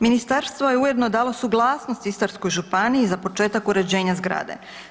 Ministarstvo je ujedno dalo suglasnost Istarskoj županiji za početak uređenja zgrade.